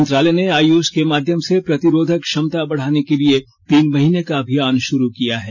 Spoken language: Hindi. मंत्रालय ने आयुष के माध्यम से प्रतिरोधक क्षमता बढाने के लिए तीन महीने का अभियान शुरू किया है